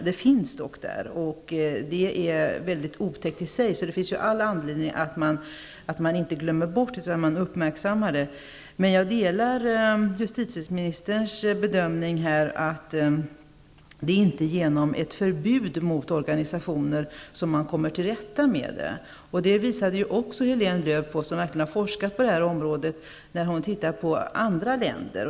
Det finns dock och är otäckt i sig. Vi har all anledning att uppmärksamma det, men jag delar justitieministerns bedömning att det inte är genom ett förbud mot organisationer som man kommer till rätta med det. Också detta underströks av Helene Lööw, som verkligen har forskat på detta område och som har studerat andra länder.